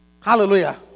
Hallelujah